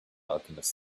alchemist